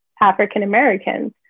African-Americans